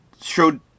showed